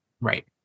Right